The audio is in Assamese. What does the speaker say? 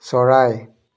চৰাই